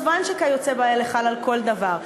מובן ש"כיוצא באלה" חל על כל דבר,